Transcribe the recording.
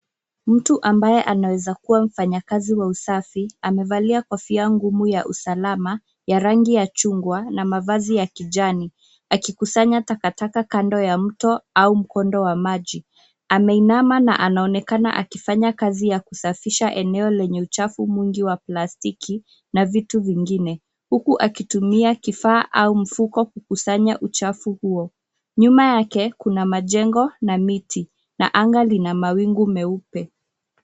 Mtu ambaye anaezakua mfanyakazi wa usafi, amevalia kofia ngumu ya usalama ya rangi ya chungwa na mavazi ya kijani akikusanya takataka kando ya mto au mkondo wa maji. Ameinama na anaonekana akifanya kazi ya kusafisha eneo lenye uchafu mwingi wa plastiki na vitu vingine. Huku akitumia kifaa au mfuko kukusanya uchafu huo. Nyuma yake kuna majengo na miti na anga lina mawingu meupe.